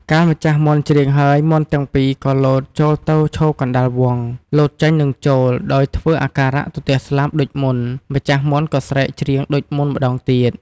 កាលម្ចាស់មាន់ច្រៀងហើយ មាន់ទាំងពីរក៏លោតចូលទៅឈរកណ្តាលវង់ លោតចេញ និងចូល ដោយធ្វើអាការៈទទះស្លាបដូចមុន ម្ចាស់ មាន់ក៏ស្រែក ច្រៀងដូចមុខម្តងទៀត ។